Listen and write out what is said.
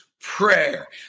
prayer